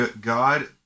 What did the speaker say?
God